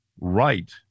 right